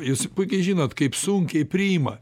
jūs puikiai žinot kaip sunkiai priima